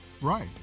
Right